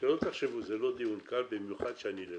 שלא תחשבו, זה לא דיון קל, במיוחד שאני לבד.